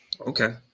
Okay